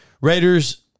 Raiders